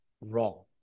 wrong